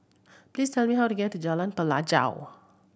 please tell me how to get to Jalan Pelajau